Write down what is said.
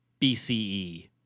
BCE